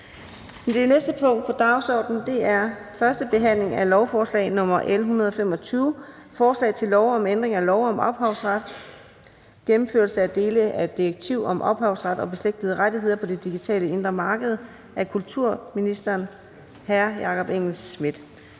Det næste punkt på dagsordenen er: 5) 1. behandling af lovforslag nr. L 125: Forslag til lov om ændring af lov om ophavsret. (Gennemførsel af dele af direktiv om ophavsret og beslægtede rettigheder på det digitale indre marked). Af kulturministeren (Jakob Engel-Schmidt).